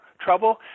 trouble